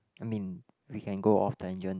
I mean we can go off tangent